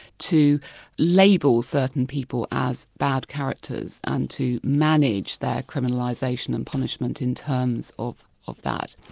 to label certain people as bad characters, and to manage their criminalisation and punishment in terms of of that.